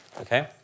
okay